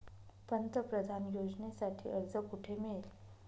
पंतप्रधान योजनेसाठी अर्ज कुठे मिळेल?